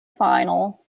final